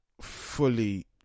fully